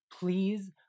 Please